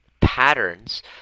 patterns